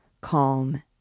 calm